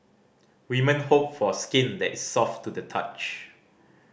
women hope for skin that is soft to the touch